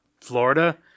Florida